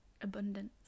abundance